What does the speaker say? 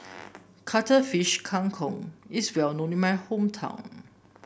Cuttlefish Kang Kong is well known in my hometown